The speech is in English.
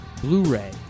Blu-ray